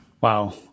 Wow